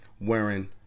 wearing